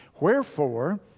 Wherefore